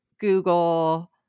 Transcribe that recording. Google